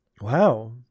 Wow